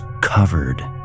covered